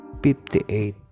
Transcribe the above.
58